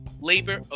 Labor